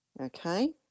okay